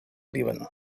líban